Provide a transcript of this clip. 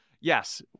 Yes